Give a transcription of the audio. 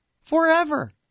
forever